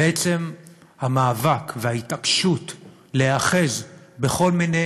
ועצם המאבק וההתעקשות להיאחז בכל מיני